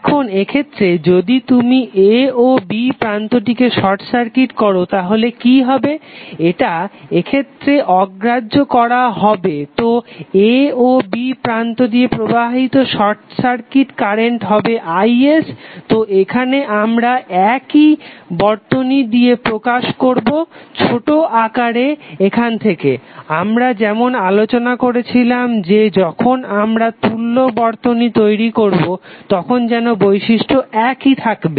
এখন এইক্ষেত্রে যদি তুমি a ও b প্রান্তটিকে শর্ট সার্কিট করো তাহলে কি হবে এটা এক্ষেত্রে অগ্রাহ্য করা হবে তো a ও b প্রান্ত দিয়ে প্রবাহিত শর্ট সার্কিট কারেন্ট হবে is তো এখানে আমরা একই বর্তনী দিয়ে প্রকাশ করবো ছোটো আকারে এখন থেকে আমরা যেমন আলোচনা করেছিলাম যে যখন আমরা তুল্য বর্তনী তৈরি করবো তখন যেন বৈশিষ্ট্য একই থাকবে